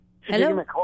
Hello